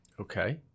Okay